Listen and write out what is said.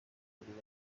mukuru